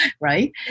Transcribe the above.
right